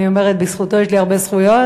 אני אומרת שבזכותו יש לי הרבה זכויות,